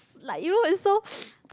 like you know it's so